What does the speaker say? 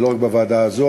זה לא רק בוועדה הזאת,